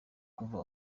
kuva